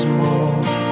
more